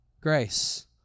grace